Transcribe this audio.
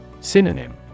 Synonym